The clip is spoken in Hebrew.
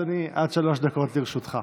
בבקשה, אדוני, עד שלוש דקות לרשותך.